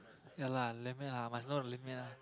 ya lah limit ah must know the limit lah